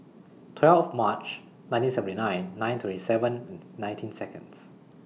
twelve March nineteen seventy nine nine twenty seven nineteen Seconds